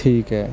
ਠੀਕ ਹ